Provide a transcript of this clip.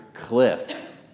cliff